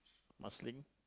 Marsiling